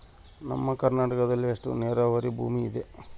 ನಮ್ಮ ಕರ್ನಾಟಕದಲ್ಲಿ ಎಷ್ಟು ನೇರಾವರಿ ಭೂಮಿ ಇದೆ?